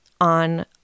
on